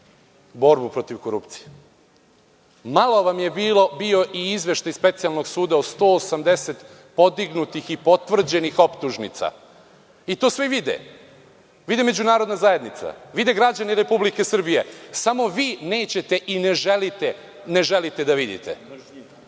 borbu protiv korupcije? Malo vam je bio i izveštaj Specijalnog suda o 180 podignutih i potvrđenih optužnica, i to svi vide. Vidi međunarodna zajednica, vide građani Republike Srbije, samo vi nećete i ne želite da vidite.